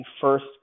first